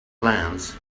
glance